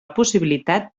possibilitat